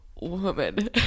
woman